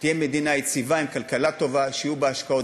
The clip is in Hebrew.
תהיה מדינה יציבה עם כלכלה טובה, שיהיו בה השקעות.